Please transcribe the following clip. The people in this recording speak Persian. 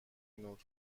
نور